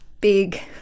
big